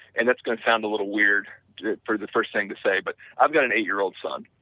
and that's going to sound a little weird for the first thing to say, but i've got an eight-year-old son,